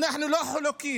אנחנו לא חלוקים,